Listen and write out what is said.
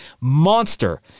Monster